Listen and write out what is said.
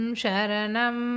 sharanam